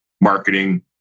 marketing